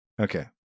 Okay